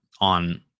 on